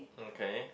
okay